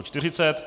40.